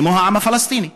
כמו העם הפלסטיני.